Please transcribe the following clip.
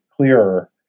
clearer